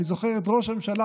אני זוכר את ראש הממשלה,